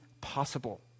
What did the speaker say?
possible